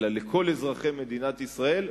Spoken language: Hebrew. אלא לכל אזרחי מדינת ישראל,